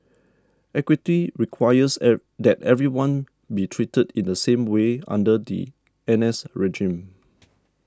equity requires that everyone be treated in the same way under the N S regime